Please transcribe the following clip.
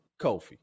kofi